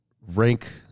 Rank